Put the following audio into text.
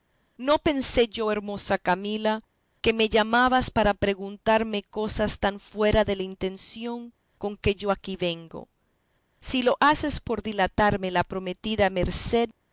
no pensé yo hermosa camila que me llamabas para preguntarme cosas tan fuera de la intención con que yo aquí vengo si lo haces por dilatarme la prometida merced